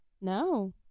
No